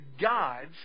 God's